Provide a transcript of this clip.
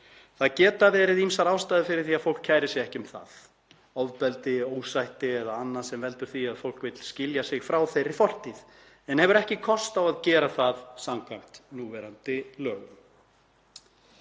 Það geta verið ýmsar ástæður fyrir því að fólk kæri sig ekki um það; ofbeldi, ósætti eða annað sem veldur því að fólk vill skilja sig frá þeirri fortíð en hefur ekki kost á að gera það samkvæmt núverandi lögum.